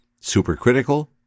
Supercritical